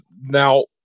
now